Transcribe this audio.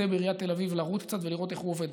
בעיריית תל אביב לרוץ קצת ולראות איך הוא עובד,